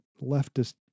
leftist